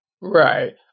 Right